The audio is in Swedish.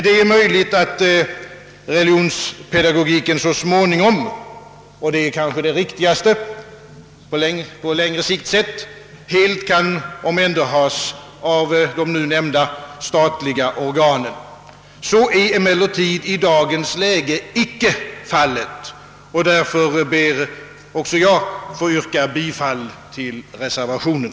Det är möjligt, att religionspedagogiken så småningom — och det är kanske det riktigaste på längre sikt sett — helt kan omhänderhas av nu nämnda statliga organ. Så är emellertid i dagens läge icke fallet, och därför ber också jag att få yrka bifall till reservationen.